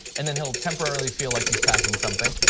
and then he will temporarily feel like he is packing something.